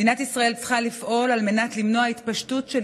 מדינת ישראל צריכה לפעול על מנת למנוע התפשטות של